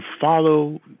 follow